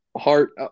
Heart